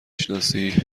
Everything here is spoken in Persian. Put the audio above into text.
شناسی